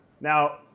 Now